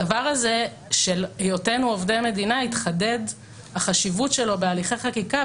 הדבר הזה של היותנו עובדי מדינה התחדד והחשיבות שלו בהליכי חקיקה,